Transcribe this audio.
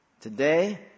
Today